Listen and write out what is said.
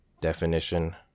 Definition